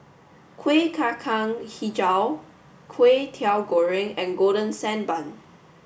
Kuih Kacang Hijau Kway Teow Goreng and golden sand bun